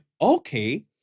okay